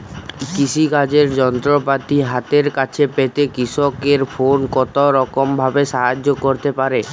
কৃষিকাজের যন্ত্রপাতি হাতের কাছে পেতে কৃষকের ফোন কত রকম ভাবে সাহায্য করতে পারে?